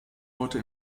heute